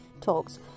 talks